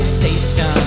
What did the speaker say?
station